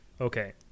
Okay